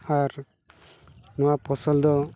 ᱟᱨ ᱱᱚᱣᱟ ᱯᱷᱚᱥᱚᱞ ᱫᱚ